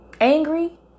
Angry